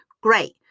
great